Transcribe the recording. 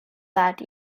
that